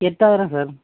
எட்டாயிரம் சார்